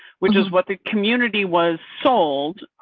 which is what the community was sold,